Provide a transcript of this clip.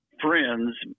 friends